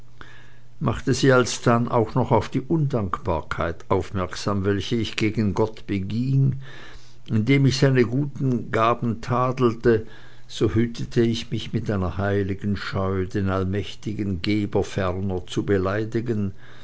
machte sie alsdann auch noch auf die undankbarkeit aufmerksam welche ich gegen gott beging indem ich seine guten gaben tadelte so hütete ich mich mit einer heiligen scheu den allmächtigen geber ferner zu beleidigen